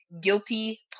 guilty